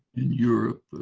in europe,